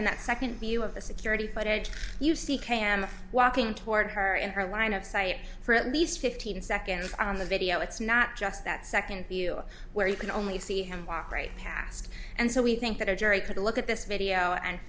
in that second view of the security footage you see cam walking toward her and her line of sight for at least fifteen seconds on the video it's not just that second view where you can only see him walk right past and so we think that a jury could look at this video and